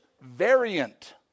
variant